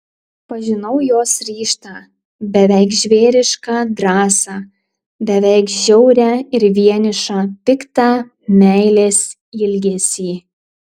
pažinau jos ryžtą beveik žvėrišką drąsą beveik žiaurią ir vienišą piktą meilės ilgesį